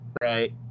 right